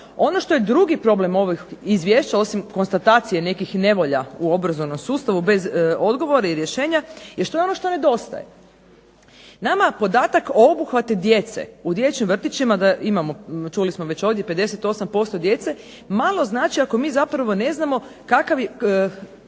Ono što je drugi problem ovih izvješća osim konstatacije nekih nevolja u obrazovnom sustavu bez odgovora i rješenja je ono što nedostaje. Nama podatak o obuhvatu djece u dječjim vrtićima da imamo, čuli smo već ovdje, 58% djece malo znači ako mi zapravo ne znamo u koje